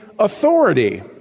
authority